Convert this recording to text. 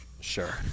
Sure